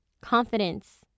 Confidence